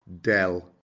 dell